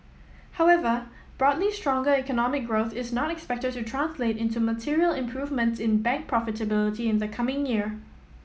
however broadly stronger economic growth is not expected to translate into material improvements in bank profitability in the coming year